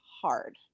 hard